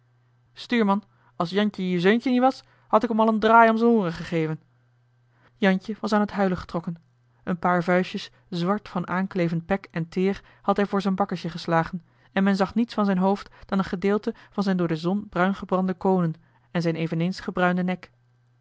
stuurman als jantje je zeuntje niet was had ik m al een draai om z'n ooren gegeven jantje was aan t huilen getrokken een paar vuistjes zwart van aanklevend pek en teer had hij voor zijn bakkesje geslagen en men zag niets van zijn hoofd dan een gedeelte van zijn door de zon bruingebrande koonen en zijn eveneens gebruinden nek